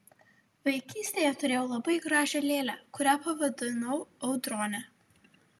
vaikystėje turėjau labai gražią lėlę kurią pavadinau audrone